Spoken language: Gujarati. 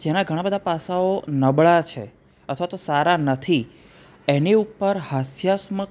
જેના ઘણા બધા પાસાઓ નબળા છે અથવા તો સારા નથી એની ઉપર હાસ્યાત્મક